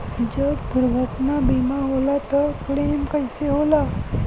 जब दुर्घटना बीमा होला त क्लेम कईसे होला?